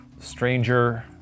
Stranger